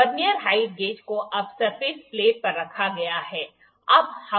vernier height gauge को अब surface plate पर रखा गया है